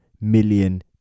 million